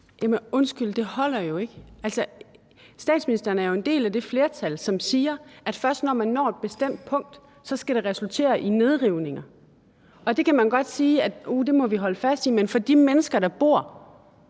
undskyld, det holder jo ikke. Statsministeren er jo en del af det flertal, som siger, at når man når et bestemt punkt, skal det resultere i nedrivninger. Man kan godt sige, at uh, det må vi holde fast i, men for de mennesker, der bor